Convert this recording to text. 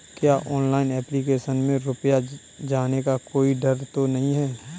क्या online application में रुपया जाने का कोई डर तो नही है?